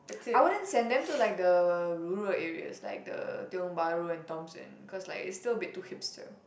I wouldn't send them to like the rural areas like the Tiong-Bahru and Thomson cause like it's still a bit too Hipster